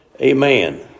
Amen